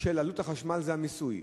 של עלות החשמל זה המיסוי.